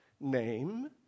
name